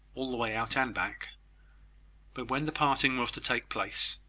all the way out and back but, when the parting was to take place,